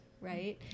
Right